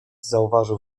zauważył